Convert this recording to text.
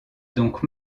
donc